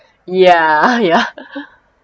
ya ya